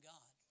God